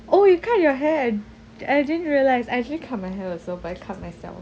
oh you cut your hair I I didn't realise I actually cut my hair also but I cut myself